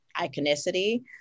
iconicity